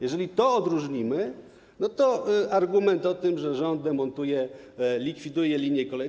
Jeżeli to odróżnimy, to argument o tym, że rząd demontuje, likwiduje linie kolejowe.